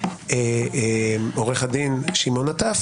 -- עו"ד שמעון נטף